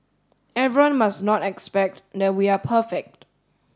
everyone must not expect that we are perfect